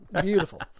Beautiful